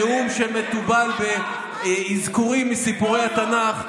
נאום שמתובל באזכורים מסיפורי התנ"ך,